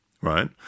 right